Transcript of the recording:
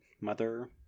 mother